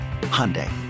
Hyundai